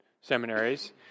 seminaries